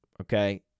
okay